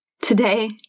Today